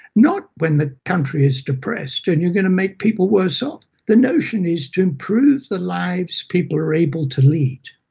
not when the country is depressed and you're going to make people worse off. the notion is to improve the lives people are able to lead.